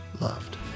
loved